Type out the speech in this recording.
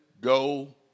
go